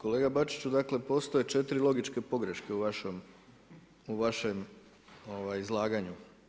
Kolega Bačiću dakle postoje 4 logičke pogreške u vašem izlaganju.